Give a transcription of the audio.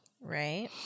Right